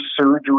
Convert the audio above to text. surgery